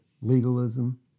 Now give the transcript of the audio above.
Legalism